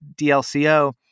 DLCO